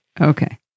Okay